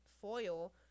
foil